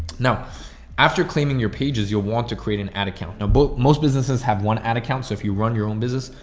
now after claiming your pages, you'll want to create an ad account. now but most businesses have one ad account, so if you run your own business,